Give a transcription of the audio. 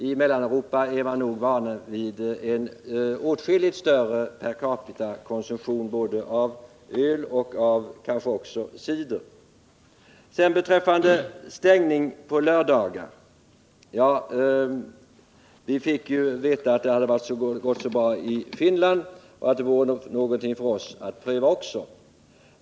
I Mellaneuropa är man nog van vid en åtskilligt större per capita-konsumtion av både öl och kanske också cider. Vi fick veta att lördagsstängning hade gått så bra i Finland att det var någonting för oss att pröva.